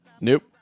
Nope